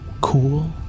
cool